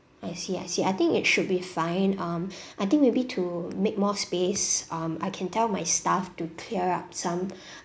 I see I see I think it should be fine um I think maybe to make more space um I can tell my staff to clear up some